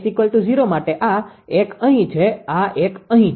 S૦ માટે આ 1 અહી છે આ 1 અહી છે